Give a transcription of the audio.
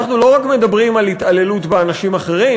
אנחנו לא רק מדברים על התעללות באנשים אחרים,